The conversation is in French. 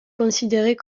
considérée